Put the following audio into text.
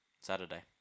Saturday